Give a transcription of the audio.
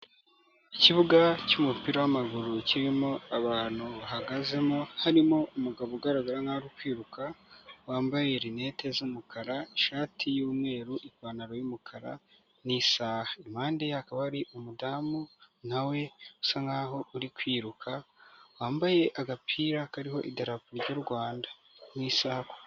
Ikibuga cy'umupira w'amaguru kirimo abantu bahagazemo, harimo umugabo ugaragara nk'aho kwiruka wambaye linete z'umukara, ishati y'umweru, ipantaro y'umukara n'isaha, impande ye hakaba hari umudamu na we usa nk'aho uri kwiruka wambaye agapira kariho Idarapo ry'u Rwanda n'isaha.